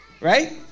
Right